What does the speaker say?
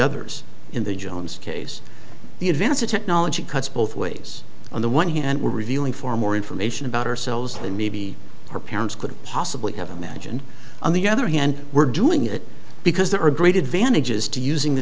others in the jones case the advance of technology cuts both ways on the one hand we're revealing far more information about ourselves than maybe her parents could possibly have imagined on the other hand we're doing it because there are great advantages to using the